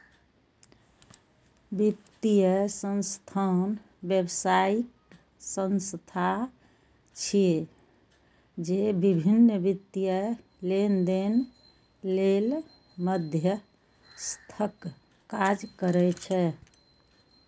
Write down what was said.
वित्तीय संस्थान व्यावसायिक संस्था छिय, जे विभिन्न वित्तीय लेनदेन लेल मध्यस्थक काज करै छै